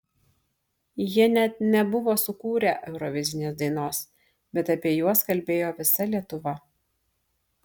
jie net nebuvo sukūrę eurovizinės dainos bet apie juos kalbėjo visa lietuva